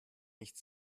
nicht